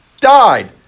died